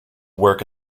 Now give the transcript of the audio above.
work